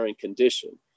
condition